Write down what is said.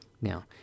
Now